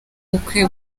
bukwe